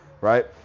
right